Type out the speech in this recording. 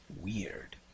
weird